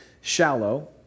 shallow